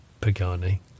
Pagani